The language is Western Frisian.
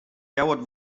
ljouwert